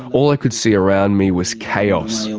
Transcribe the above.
all i could see around me was chaos.